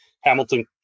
Hamilton